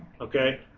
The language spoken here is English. Okay